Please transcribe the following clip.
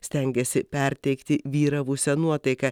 stengėsi perteikti vyravusią nuotaiką